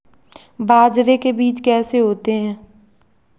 बाजरे के बीज कैसे होते हैं?